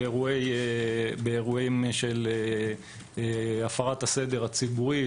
באירועים של הפרת הסדר הציבורי,